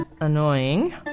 annoying